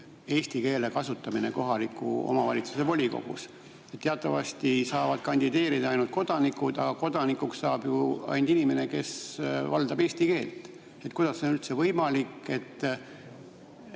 eesti keele kasutamine kohaliku omavalitsuse volikogus. Teatavasti saavad kandideerida ainult kodanikud. Aga kodanikuks saab ju ainult inimene, kes valdab eesti keelt. Kuidas siis on üldse võimalik, et